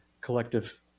collective